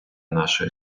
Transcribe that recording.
нашої